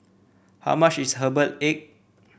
how much is Herbal Egg